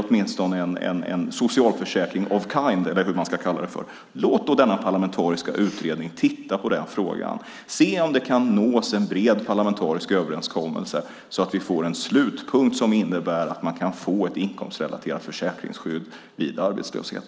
Arbetslöshetsförsäkringen är ändå en del av eller åtminstone ett slags socialförsäkring. Därmed kan vi nå en bred parlamentarisk överenskommelse så att vi får en slutpunkt som innebär att människor kan få ett inkomstrelaterat försäkringsskydd vid arbetslöshet.